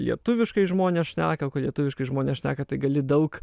lietuviškai žmonės šneka lietuviškai žmonės šneka tai gali daug